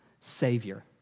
Savior